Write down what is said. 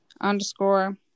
underscore